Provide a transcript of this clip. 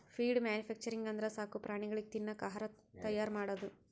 feed manufacturing ಅಂದ್ರ ಸಾಕು ಪ್ರಾಣಿಗಳಿಗ್ ತಿನ್ನಕ್ ಆಹಾರ್ ತೈಯಾರ್ ಮಾಡದು